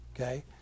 Okay